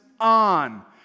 on